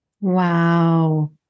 Wow